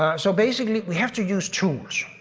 ah so basically we have to use tools.